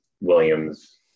Williams